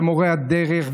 ומורי הדרך,